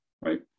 right